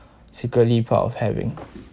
secretly proud of having